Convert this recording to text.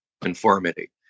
conformity